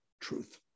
truth